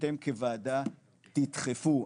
אתם כוועדה תדחפו,